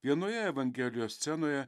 vienoje evangelijos scenoje